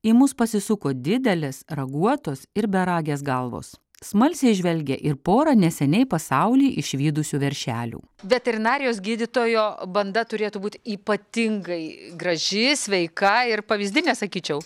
į mus pasisuko didelės raguotos ir beragės galvos smalsiai žvelgė ir pora neseniai pasaulį išvydusių veršelių veterinarijos gydytojo banda turėtų būt ypatingai graži sveika ir pavyzdinė sakyčiau